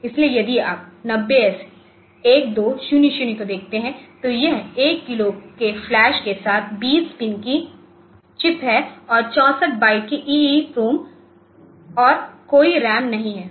इसलिए यदि आप 90S1200 को देखते है तो यह 1 किलो के फ्लैश के साथ 20 पिन की चिप है और 64 बाइट्स की EEPROM है और कोई रैम नहीं है